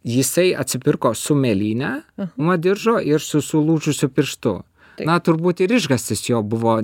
jisai atsipirko su mėlyne nuo diržo ir su sulūžusiu pirštu na turbūt ir išgąstis jo buvo